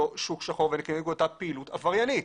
שוק שחור וכנגד אותה פעילות עבריינית.